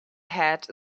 hat